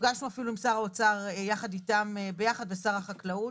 נפגשנו אפילו עם שר האוצר יחד איתם ביחד ושר החקלאות.